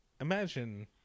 imagine